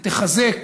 היא תחזק